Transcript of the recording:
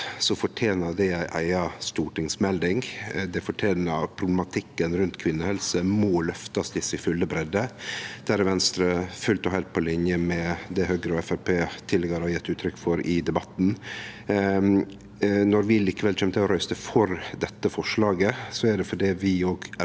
fortener det ei eiga stortingsmelding. Det fortener at problematikken rundt kvinnehelse blir løfta i si fulle bredde. Der er Venstre fullt og heilt på linje med det Høgre og Framstegspartiet tidlegare har gjeve uttrykk for i debatten. Når vi likevel kjem til å røyste for dette forslaget, er det fordi vi òg